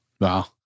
Wow